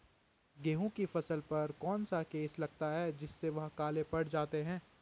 गेहूँ की फसल पर कौन सा केस लगता है जिससे वह काले पड़ जाते हैं?